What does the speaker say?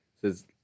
says